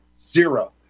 Zero